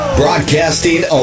broadcasting